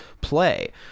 play